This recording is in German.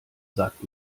sagt